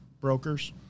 brokers